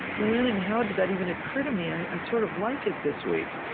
when and how did that even occur to me? i sort of like it, this week.